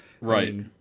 right